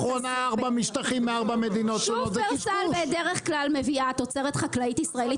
אחרי שהראו לי שאתם כן רושמים,